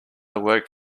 work